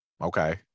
Okay